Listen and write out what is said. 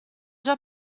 già